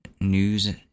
news